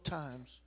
times